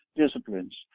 disciplines